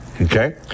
Okay